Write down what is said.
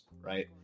right